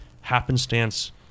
happenstance